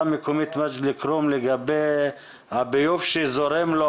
המקומית מג'ד אל כרום לגבי הביוב שזורם לו